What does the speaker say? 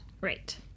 right